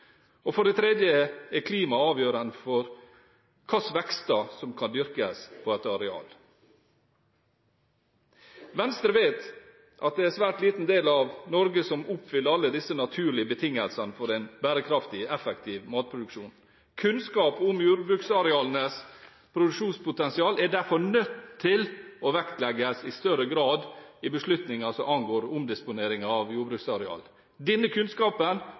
For det tredje er klimaet avgjørende for hvilke vekster som kan dyrkes på et areal. Venstre vet at det er en svært liten del av Norge som oppfyller alle disse naturlige betingelsene for en bærekraftig, effektiv matproduksjon. Kunnskap om jordbruksarealenes produksjonspotensial er derfor nødt til å vektlegges i større grad i beslutninger som angår omdisponering av jordbruksareal. Denne kunnskapen